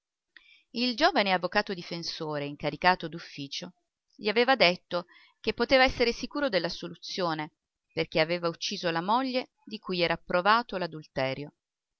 il giovane avvocato difensore incaricato d'ufficio gli aveva detto che poteva essere sicuro dell'assoluzione perché aveva ucciso la moglie di cui era provato